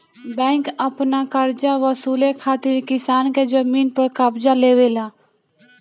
bank अपन करजा वसूले खातिर किसान के जमीन पर कब्ज़ा लेवेला